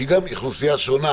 שהיא גם אוכלוסייה שונה,